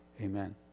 Amen